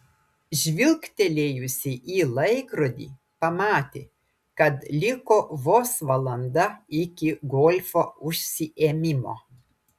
žvilgtelėjusi į laikrodį pamatė kad liko vos valanda iki golfo užsiėmimo